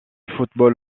football